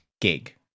gig